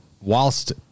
whilst